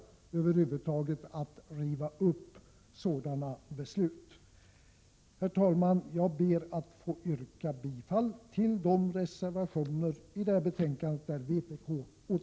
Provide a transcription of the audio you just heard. Besluten skall inte rivas upp. Herr talman! Jag ber att få yrka bifall till vpk-reservationerna i det här betänkandet.